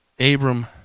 Abram